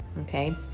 okay